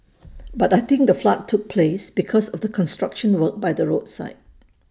but I think the flood took place because of the construction work by the roadside